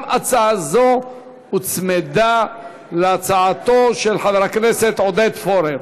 גם הצעה זו הוצמדה להצעתו של חבר הכנסת עודד פורר.